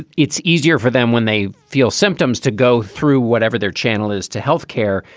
it's easier for them when they feel symptoms to go through whatever their channel is to health care,